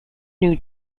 new